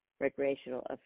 recreational